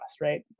right